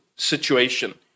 situation